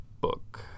book